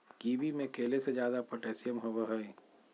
kiwi में केले से ज्यादा पोटेशियम होबो हइ